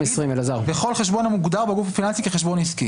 של תאגיד וכל חשבון המוגדר בגוף הפיננסי כחשבון עסקי.